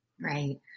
right